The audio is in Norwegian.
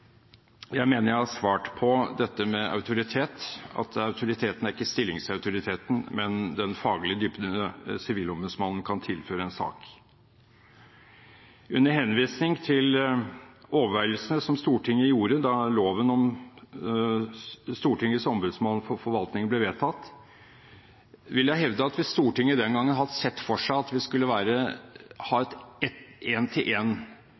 Jeg mener jeg har svart på dette med autoritet, at autoriteten ikke er stillingsautoriteten, men den faglige dybden Sivilombudsmannen kan tilføre en sak. Under henvisning til overveielsene som Stortinget gjorde da loven om Stortingets ombudsmann for forvaltningen ble vedtatt, vil jeg hevde at hvis Stortinget den gangen hadde sett for seg at det skulle være